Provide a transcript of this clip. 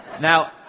Now